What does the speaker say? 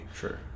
sure